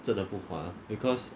真的不划 because